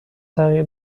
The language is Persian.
تغییر